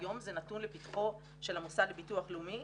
היום זה נתון לפתחו של המוסד לביטוח לאומי,